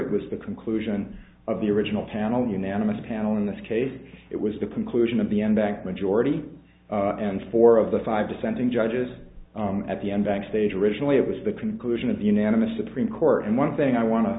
it was the conclusion of the original panel unanimous panel in this case it was the conclusion of the embankment jordi and four of the five dissenting judges at the end backstage originally it was the conclusion of the unanimous supreme court and one thing i want to